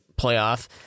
playoff